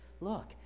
Look